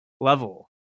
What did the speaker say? level